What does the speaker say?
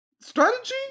Strategy